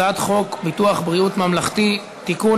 הצעת חוק ביטוח בריאות ממלכתי (תיקון,